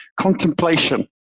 contemplation